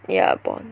yeah bond